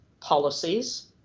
policies